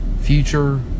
future